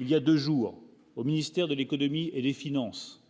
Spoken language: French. il y a 2 jours au ministère de l'économie et les finances.